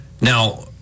Now